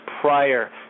prior